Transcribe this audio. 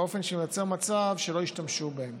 באופן שייווצר מצב שלא ישתמשו בהם,